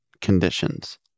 conditions